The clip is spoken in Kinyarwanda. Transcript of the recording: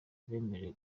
abemerewe